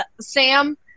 Sam